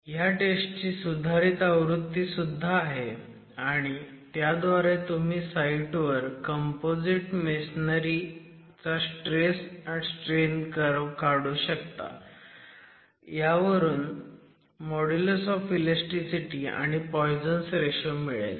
ह्या टेस्ट ची सुधारित आवृत्ती सुद्धा आहे आणि त्याद्वारे तुम्ही साईट वर कंपोझिट मेसनरी चा स्ट्रेस स्ट्रेन कर्व्ह काढू शकता त्यावरून मॉड्युलस ऑफ ईलॅस्टीसिटी आणि पॉयझन्स रेशो मिळेल